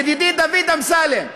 ידידי דוד אמסלם,